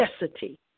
necessity